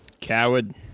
coward